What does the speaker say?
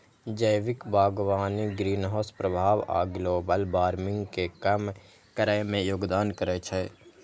जैविक बागवानी ग्रीनहाउस प्रभाव आ ग्लोबल वार्मिंग कें कम करै मे योगदान करै छै